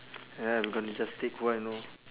ya I'm gonna just take one know